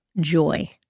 joy